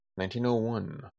1901